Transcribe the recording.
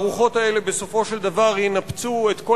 הרוחות האלה בסופו של דבר ינפצו את כל